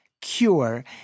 cure